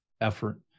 effort